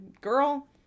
Girl